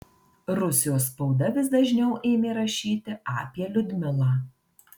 rusijos spauda vis dažniau ėmė rašyti apie liudmilą